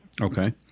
okay